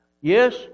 Yes